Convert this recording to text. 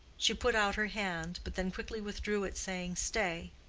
she put out her hand, but then quickly withdrew it saying, stay.